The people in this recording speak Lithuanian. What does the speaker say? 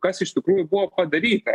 kas iš tikrųjų buvo padaryta